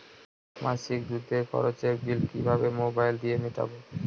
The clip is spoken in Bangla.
মাসিক দুধের খরচের বিল কিভাবে মোবাইল দিয়ে মেটাব?